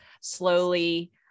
slowly